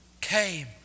came